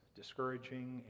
discouraging